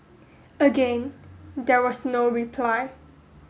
again there was no reply